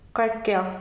kaikkea